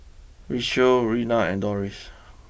Richelle Rena and Doris